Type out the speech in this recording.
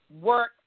work